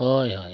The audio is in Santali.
ᱦᱳᱭ ᱦᱳᱭ